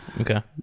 Okay